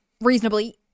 reasonably